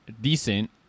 decent